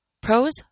Pros